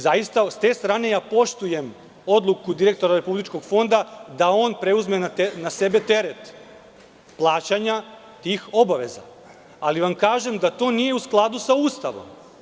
Zaista, s te strane, ja poštujem odluku direktora Republičkog fonda da on preuzme na sebe teret plaćanja tih obaveza, ali vam kažem da to nije u skladu sa Ustavom.